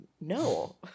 no